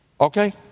Okay